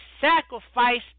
sacrifice